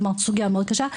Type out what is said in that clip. כלומר סוגייה מאוד קשה.